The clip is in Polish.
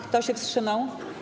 Kto się wstrzymał?